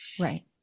Right